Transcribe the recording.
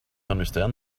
understand